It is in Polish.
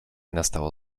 nastało